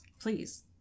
please